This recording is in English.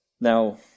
Now